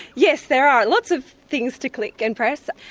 yes, there are, lots of things to click and press.